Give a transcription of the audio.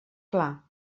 clar